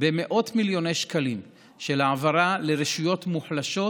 העברה של מאות מיליוני שקלים לרשויות מוחלשות.